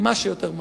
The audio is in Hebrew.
ומה שיותר מהר.